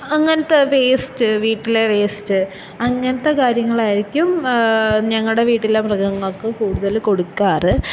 അങ്ങനത്തെ വേസ്റ്റ് വീട്ടിലെ വേസ്റ്റ് അങ്ങനത്തെ കാര്യങ്ങളായിരിക്കും ഞങ്ങളുടെ വീട്ടിലെ മൃഗങ്ങൾക്ക് കൂടുതല് കൊടുക്കാറ്